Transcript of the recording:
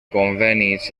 convenis